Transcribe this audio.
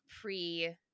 pre